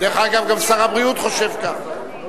דרך אגב, גם שר הבריאות חושב כך.